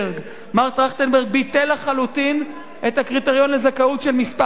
מר טרכטנברג ביטל לחלוטין את הקריטריון לזכאות של מספר אחים.